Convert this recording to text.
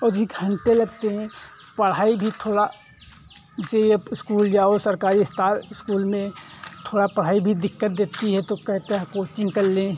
ओ जी घंटे लगते हैं तो पढ़ाई भी थोड़ा जैसे अब इस्कूल जाओ सरकारी स्तर इस्कूल में थोड़ा पढ़ाई भी दिक्कत देती है तो कहता है कोचिंग कर लें